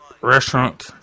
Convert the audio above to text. restaurant